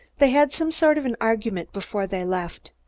they had some sort of an argument before they left.